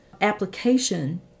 application